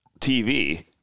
TV